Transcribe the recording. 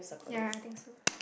ya I think so